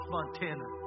Montana